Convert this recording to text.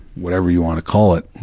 whatever you want to call it,